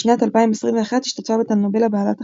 בשנת 2021 השתתפה בטלנובלה "בעלת החלומות",